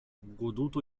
goduto